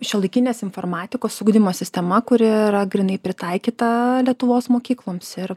šiuolaikinės informatikos ugdymo sistema kuri yra grynai pritaikyta lietuvos mokykloms ir